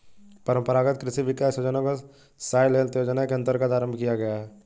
परंपरागत कृषि विकास योजना को सॉइल हेल्थ योजना के अंतर्गत आरंभ किया गया है